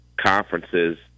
conferences